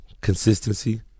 consistency